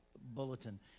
bulletin